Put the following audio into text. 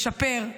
לשפר.